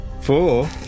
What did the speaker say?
Four